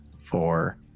four